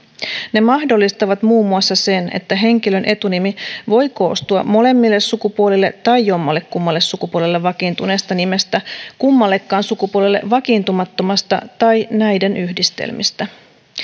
ne mahdollistavat muun muassa sen että henkilön etunimi voi koostua molemmille sukupuolille tai jommallekummalle sukupuolelle vakiintuneesta nimestä kummallekaan sukupuolelle vakiintumattomasta tai näiden yhdistelmistä